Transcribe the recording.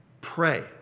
pray